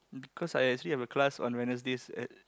cause I actually have a class on Wednesdays at